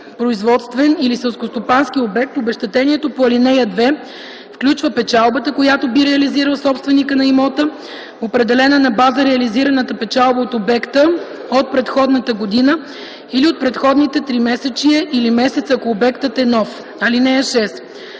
производствен или селскостопански обект, обезщетението по ал. 2 включва печалбата, която би реализирал собственикът на имота, определена на база реализираната печалба от обекта от предходната година или от предходните тримесечие или месец, ако обектът е нов. (6)